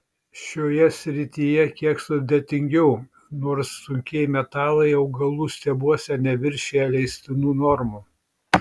šioje srityje kiek sudėtingiau nors sunkieji metalai augalų stiebuose neviršija leistinų normų